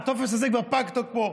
הטופס הזה כבר פג תוקפו.